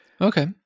Okay